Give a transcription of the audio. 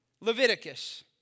Leviticus